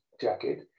jacket